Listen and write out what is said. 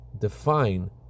define